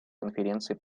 конференции